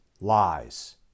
lies